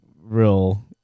real